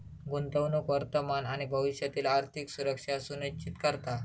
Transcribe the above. गुंतवणूक वर्तमान आणि भविष्यातील आर्थिक सुरक्षा सुनिश्चित करता